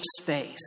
space